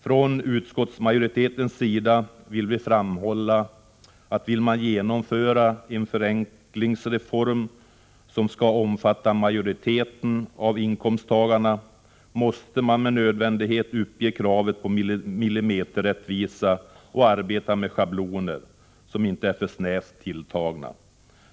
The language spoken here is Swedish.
Från utskottsmajoritetens sida vill vi framhålla, att vill man genomföra en förenklingsreform som skall omfatta majoriteten av inkomsttagarna, måste man med nödvändighet uppge kravet på millimeterrättvisa och arbeta med schabloner som inte är för snävt tilltagna.